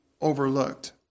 overlooked